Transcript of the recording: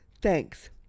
Thanks